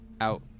out